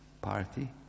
Party